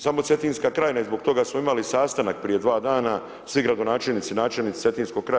Samo Cetinska krajina i zbog toga smo imali sastanak prije dva dana svi gradonačelnici, načelnici cetinskog kraja.